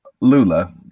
Lula